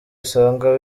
usanga